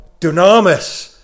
dunamis